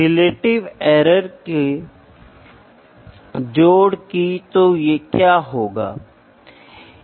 क्योंकि हर बिंदु पर व्यास में परिवर्तन होता है